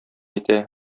итә